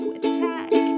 attack